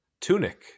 tunic